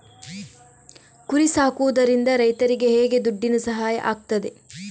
ಕುರಿ ಸಾಕುವುದರಿಂದ ರೈತರಿಗೆ ಹೇಗೆ ದುಡ್ಡಿನ ಸಹಾಯ ಆಗ್ತದೆ?